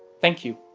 thank you.